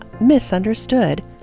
misunderstood